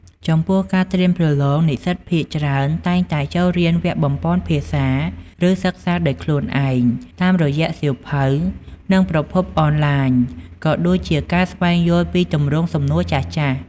ចំពោះការត្រៀមប្រឡង និស្សិតភាគច្រើនតែងតែចូលរៀនវគ្គបំប៉នភាសា ឬសិក្សាដោយខ្លួនឯងតាមរយៈសៀវភៅ និងប្រភពអនឡាញ ក៏ដូចជាការស្វែងយល់ពីទម្រង់សំណួរចាស់ៗ។